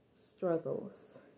Struggles